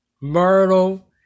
Myrtle